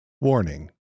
Warning